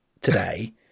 today